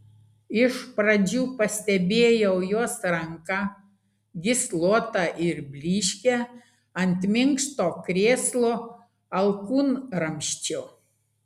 iš pradžių pastebėjau jos ranką gyslotą ir blyškią ant minkšto krėslo alkūnramsčio